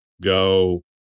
go